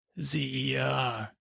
Z-E-R